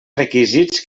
requisits